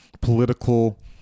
political